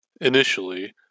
Initially